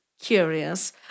Curious